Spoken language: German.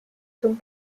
zum